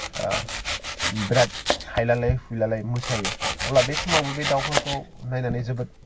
ओ बिराद हायलालाय हुइलालाय मोसायो अब्ला बे समावबो बे दाउफोरखौ नायनानै जोबोद